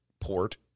port